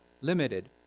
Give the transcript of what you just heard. limited